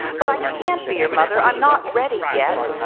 but i can't be your mother i'm not ready yet,